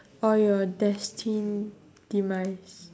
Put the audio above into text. or your destine demise